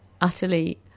utterly